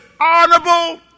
honorable